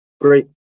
great